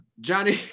Johnny